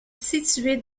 située